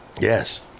Yes